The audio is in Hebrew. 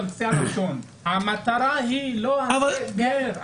המטרה היא לא הסגר.